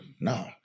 No